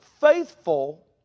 faithful